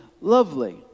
lovely